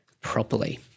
properly